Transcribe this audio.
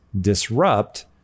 disrupt